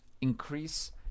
increase